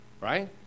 Right